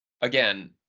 again